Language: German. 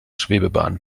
schwebebahn